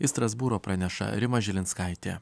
iš strasbūro praneša rima žilinskaitė